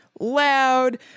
loud